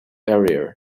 area